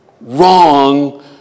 Wrong